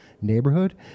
neighborhood